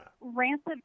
Rancid